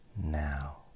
now